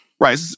Right